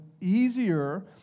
easier